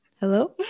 Hello